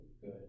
good